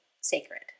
sacred